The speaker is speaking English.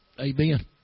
Amen